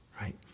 right